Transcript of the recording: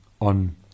on